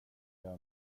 gör